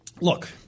Look